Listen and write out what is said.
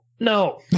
no